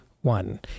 one